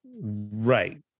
right